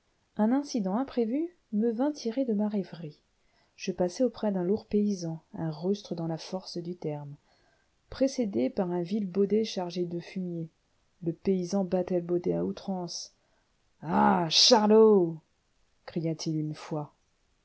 un incident imprévu me vint tirer de ma rêverie je passais auprès d'un lourd paysan un rustre dans la force du terme précédé par un vil baudet chargé de fumier le paysan battait le baudet à outrance ah charlot cria-t-il une fois